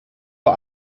vor